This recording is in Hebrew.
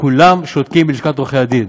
וכולם שותקים, בלשכת עורכי הדין.